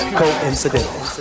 coincidental